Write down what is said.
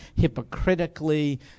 hypocritically